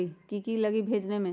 की की लगी भेजने में?